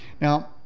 now